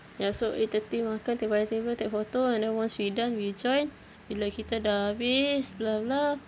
ya so eight thirty makan table by table take photo and then once we done we join bila kita dah habis blah blah